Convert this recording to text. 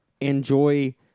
enjoy